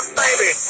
baby